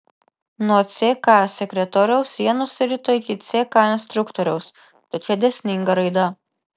nuo ck sekretoriaus jie nusirito iki ck instruktoriaus tokia dėsninga raida